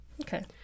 Okay